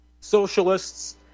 socialists